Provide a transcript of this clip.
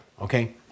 Okay